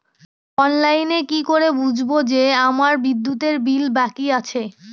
অনলাইনে কি করে বুঝবো যে আমার বিদ্যুতের বিল বাকি আছে?